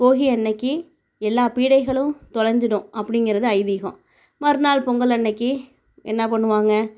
போகி அன்னிக்கி எல்லா பீடைகளும் தொலைஞ்சிடும் அப்படிங்கிறது ஐதீகம் மறுநாள் பொங்கல் அன்னிக்கி என்ன பண்ணுவாங்க